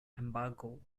embargo